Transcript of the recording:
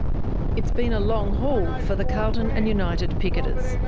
it's been a long haul for the carlton and united picketers.